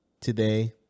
Today